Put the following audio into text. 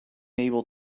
able